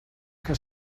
que